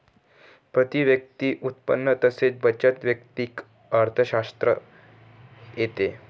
प्रती व्यक्ती उत्पन्न तसेच बचत वैयक्तिक अर्थशास्त्रात येते